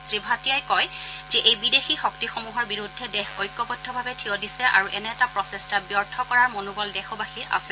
শ্ৰীভাটিয়াই কয় যে এই বিদেশী শক্তিসমূহৰ বিৰুদ্ধে দেশ ঐক্যবদ্ধ্যভাৱে থিয় দিছে আৰু এনে প্ৰচেষ্টা ব্যৰ্থ কৰাৰ মনোবল দেশবাসীৰ আছে